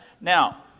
Now